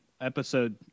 episode